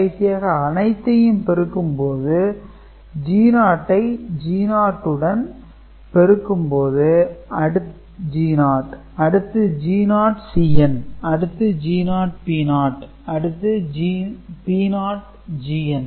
கடைசியாக அனைத்தையும் பெருக்கும் போது G0 ஐ G0 உடன் பெருக்கும் போது G0 அடுத்து G0 Cn அடுத்து G0 P0அடுத்து P0 Cn